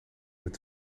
het